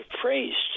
priests